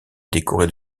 décoré